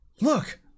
look